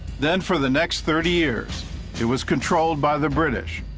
then for the next thirty years it was controlled by the british,